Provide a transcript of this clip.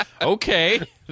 Okay